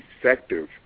effective